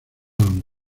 don